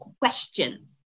questions